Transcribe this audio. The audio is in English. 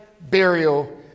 burial